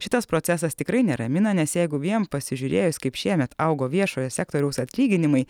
šitas procesas tikrai neramina nes jeigu vien pasižiūrėjus kaip šiemet augo viešojo sektoriaus atlyginimai